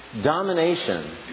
domination